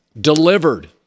delivered